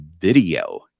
video